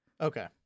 Okay